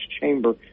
chamber